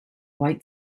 white